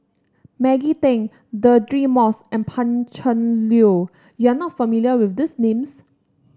Maggie Teng Deirdre Moss and Pan Cheng Lui you are not familiar with these names